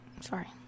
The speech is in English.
Sorry